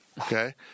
Okay